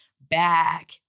back